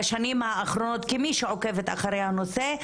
בשנים האחרונות כמי שעוקבת אחרי הנושא,